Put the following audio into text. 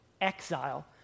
exile